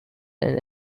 and